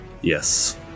yes